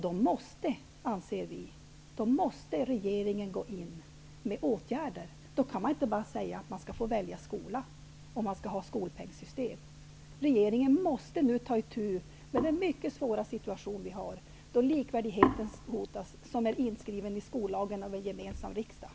Då måste regeringen, anser vi, gå in med åtgärder. Då kan man inte bara säga att alla skall få välja skola när vi får skolpengssystem. Regeringen måste nu ta itu med den mycket svåra situation som vi har, då likvärdigheten hotas även om den är inskriven i skollagen.